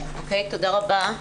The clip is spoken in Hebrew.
תודה רבה.